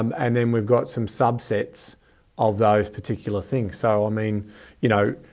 um and then we've got some subsets of those particular things. so, i mean you know,